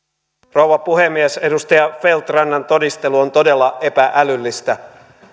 rouva puhemies edustaja feldt rannan todistelu on todella epä älyllistä